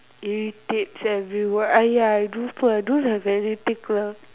irritates everyone !aiya! I do I don't have anything all